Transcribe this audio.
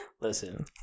Listen